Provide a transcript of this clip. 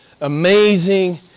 amazing